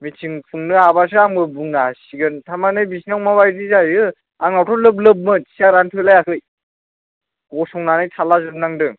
मिथिं खुंनो हाबासो आंबो बुंनो हासिगोन थारमानि बिसिनाव माबायदि जायो आंनावथ' लोब लोबमोन सियारानो थोलायाखै गसंनानै थाला जोबनांदों